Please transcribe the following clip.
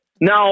Now